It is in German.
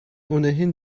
ohnehin